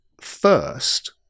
first